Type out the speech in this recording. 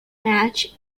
matching